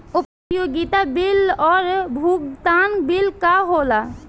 उपयोगिता बिल और भुगतान बिल का होला?